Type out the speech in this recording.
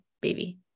baby